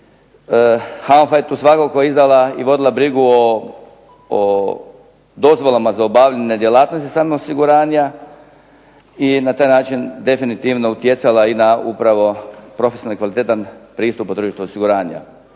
HANFA je tu svakako igrala i vodila brigu o dozvolama za obavljanje djelatnosti samih osiguranja i na taj način definitivno utjecala i na upravo profesionalan i kvalitetan pristup o tržištu osiguranja.